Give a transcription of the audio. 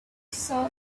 saw